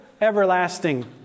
everlasting